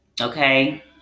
Okay